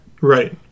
Right